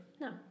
No